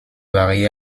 varier